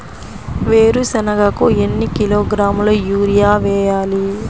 వేరుశనగకు ఎన్ని కిలోగ్రాముల యూరియా వేయాలి?